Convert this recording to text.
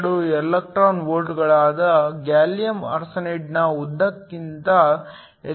42 electron ವೋಲ್ಟ್ಗಳಾದ gallium ಆರ್ಸೆನೈಡ್ನ ಉದಾಕ್ಕಿಂತ ಹೆಚ್ಚಾಗಿದೆ